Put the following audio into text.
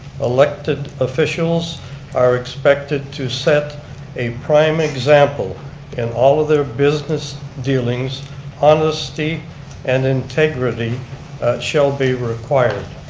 elected officials are expected to set a prime example in all of their business dealings honesty and integrity shall be required.